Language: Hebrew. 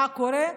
מה קורה.